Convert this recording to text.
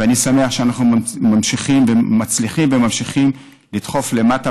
ואני שמח שאנחנו ממשיכים ומצליחים וממשיכים לדחוף למטה,